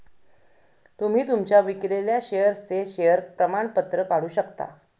तुम्ही तुमच्या विकलेल्या शेअर्सचे शेअर प्रमाणपत्र काढू शकता